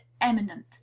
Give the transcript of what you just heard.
eminent